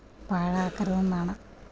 പാഴാക്കരുതെന്നാണ്